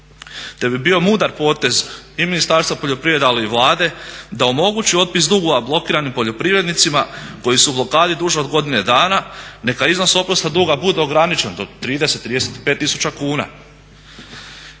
te bi bio mudar potez i Ministarstva poljoprivrede, ali i Vlade da omogući otpis dugovima blokiranim poljoprivrednicima koji su u blokadi duže od godinu dana. Neka iznos oprosta duga bude ograničen, do 30-35 tisuća kuna.